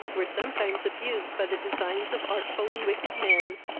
were sometimes abused by the designs of artful and wicked men,